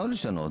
לא לשנות.